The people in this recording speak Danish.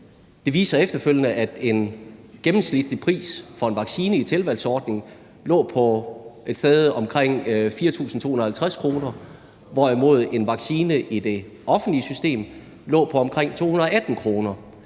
at det efterfølgende viste sig, at en gennemsnitlig pris for en vaccine i tilvalgsordningen lå på et sted omkring 4.250 kr., hvorimod en vaccine i det offentlige system lå på omkring 218 kr.